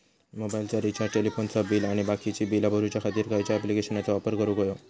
मोबाईलाचा रिचार्ज टेलिफोनाचा बिल आणि बाकीची बिला भरूच्या खातीर खयच्या ॲप्लिकेशनाचो वापर करूक होयो?